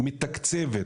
מתקצבת,